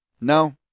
No